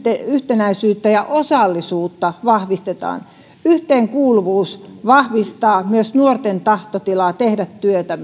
yhtenäisyyttä ja osallisuutta vahvistetaan yhteenkuuluvuus vahvistaa myös nuorten tahtotilaa tehdä työtä